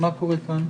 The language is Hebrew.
מה קורה כאן?